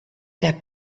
der